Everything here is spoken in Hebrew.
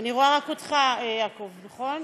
אני רואה רק אותך, יעקב, נכון?